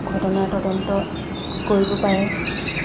ঘটনা তদন্ত কৰিব পাৰে